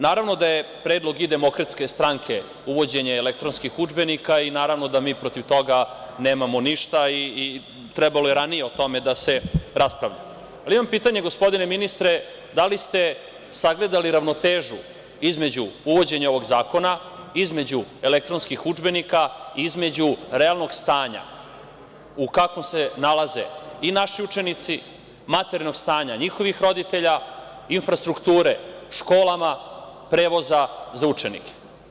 Naravno da je predlog i DS, uvođenje elektronskih udžbenika i naravno da mi protiv toga nemamo ništa i trebalo je ranije o tome da se raspravlja, ali imam pitanje gospodine ministre, da li ste sagledali ravnotežu između uvođenja ovog zakona, između elektronskih udžbenika, između realnog stanja, u kakvom se nalaze i naši učenici, materijalno stanje njihovih roditelja, i infrastruktura škola, prevoza za učenike.